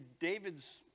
David's